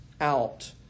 out